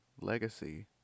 Legacy